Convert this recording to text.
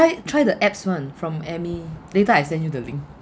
try try the abs [one] from amy later I send you the link